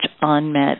unmet